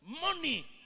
money